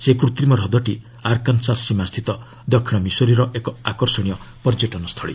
ସେହି କୃତ୍ରିମ ହ୍ରଦଟି ଆର୍କାନ୍ସାସ୍ ସୀମା ସ୍ଥିତ ଦକ୍ଷିଣ ମିଶୋରୀର ଏକ ଆକର୍ଷଣୀୟ ପର୍ଯ୍ୟଟନ୍ଥ୍ରଳୀ